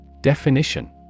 Definition